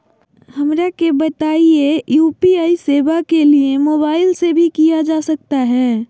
हमरा के बताइए यू.पी.आई सेवा के लिए मोबाइल से भी किया जा सकता है?